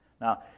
Now